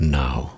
now